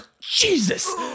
jesus